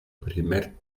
primer